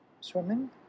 Swimming